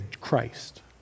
Christ